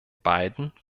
beiden